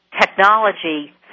technology